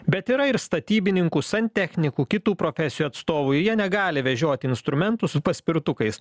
bet yra ir statybininkų santechnikų kitų profesijų atstovų jie negali vežioti instrumentų su paspirtukais